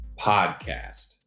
Podcast